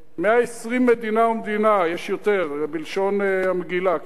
120 מדינה ומדינה, יש יותר, בלשון המגילה, כן?